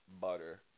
butter